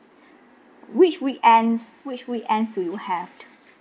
which weekends which weekends do you have